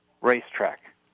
racetrack